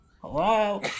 Hello